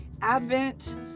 advent